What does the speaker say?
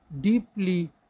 deeply